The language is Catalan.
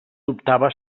dubtava